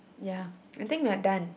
ya I think we're done